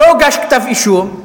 לא הוגש כתב אישום,